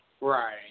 Right